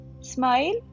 Smile